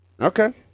Okay